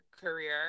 career